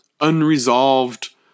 unresolved